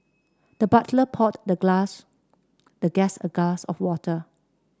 the butler poured the glass the guest a glass of water